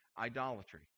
idolatry